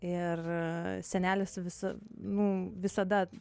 ir senelis visa nu visada